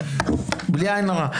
בלי עין הרע.